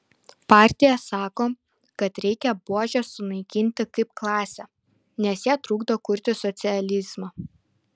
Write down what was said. partija sako kad reikia buožes sunaikinti kaip klasę nes jie trukdo kurti socializmą